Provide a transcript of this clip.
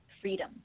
freedom